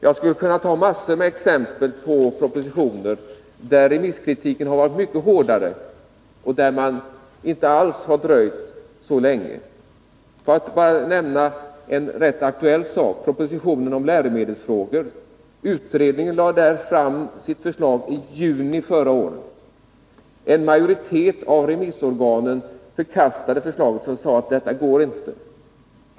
Jag skulle kunna ta massor av exempel på propositioner där man inte alls har dröjt så länge trots att remisskritiken varit mycket hårdare. Här skall jag bara nämna en rätt aktuell sak, nämligen propositionen om läromedelsfrågor. Utredningen lade fram sitt förslag i juni förra året. En majoritet av remissorganen förkastade förslaget.